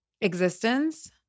existence